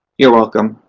you're welcome.